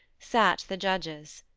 sat the judges.